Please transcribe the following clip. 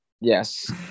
Yes